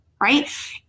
right